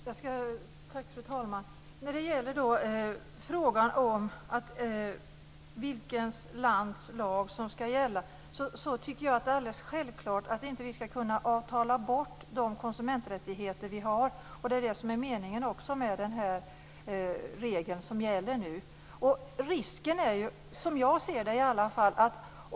Fru talman! När det gäller frågan om vilket lands lag som ska gälla tycker jag att det är alldeles självklart att vi inte ska kunna avtala bort de konsumenträttigheter som vi har, och det är också meningen med den regel som gäller nu.